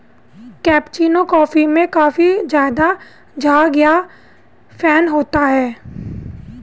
cappuccino coffee में काफी ज़्यादा झाग या फेन होता है